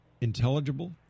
intelligible